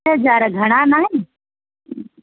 अठ हज़ार घणा न आहिनि